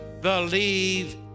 believe